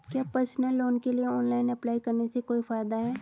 क्या personal loan के लिए ऑनलाइन अप्लाई करने से कोई फायदा है?